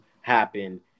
happen